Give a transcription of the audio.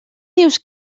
dius